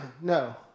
no